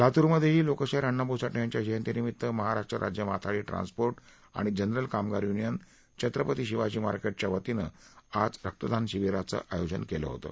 लातूरमध्येही लोकशाहीर अण्णाभाऊ साठे यांच्या जयंतीनिमीत्त महाराष्ट्र राज्य माथाडी ट्रान्सपोर्ट आणि जनरल कामगार यूनियन छत्रपती शिवाजी मार्केटच्या वतीनं आज रक्तदान शिबिराचं आयोजन केलं होतं